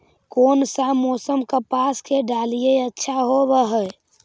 कोन सा मोसम कपास के डालीय अच्छा होबहय?